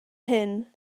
hyn